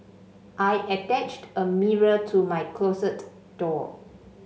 I attached a mirror to my closet door